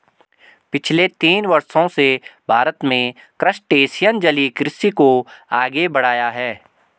पिछले तीस वर्षों से भारत में क्रस्टेशियन जलीय कृषि को आगे बढ़ाया है